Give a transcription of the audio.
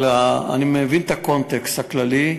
אבל אני מבין את הקונטקסט הכללי.